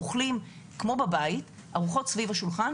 אוכלים כמו בבית ארוחות סביב השולחן,